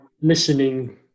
listening